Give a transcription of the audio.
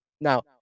Now